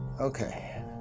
Okay